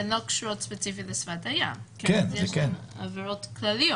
שלא קשורות ספציפית לשפת הים והן עבירות כלליות.